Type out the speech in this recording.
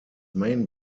main